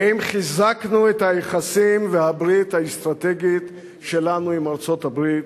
האם חיזקנו את היחסים והברית האסטרטגית שלנו עם ארצות-הברית?